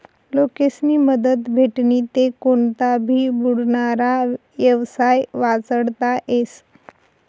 लोकेस्नी मदत भेटनी ते कोनता भी बुडनारा येवसाय वाचडता येस